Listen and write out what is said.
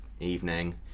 Evening